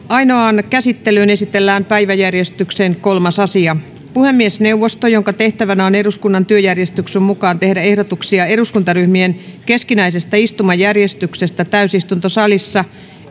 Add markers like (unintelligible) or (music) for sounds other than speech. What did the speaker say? (unintelligible) ainoaan käsittelyyn esitellään päiväjärjestyksen kolmas asia puhemiesneuvosto jonka tehtävänä on eduskunnan työjärjestyksen mukaan tehdä ehdotuksia eduskuntaryhmien keskinäisestä istumajärjestyksestä täysistuntosalissa